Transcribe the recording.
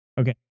Okay